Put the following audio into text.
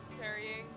carrying